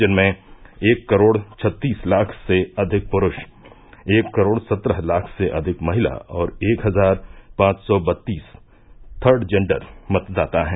जिनमें एक करोड़ छत्तीस लाख से अधिक पुरूष एक करोड़ सत्रह लाख से अधिक महिला और एक हजार पांच सौ बत्तीस थर्ड जेंडर मतदाता हैं